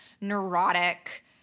neurotic